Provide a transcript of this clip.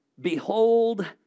Behold